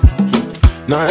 Now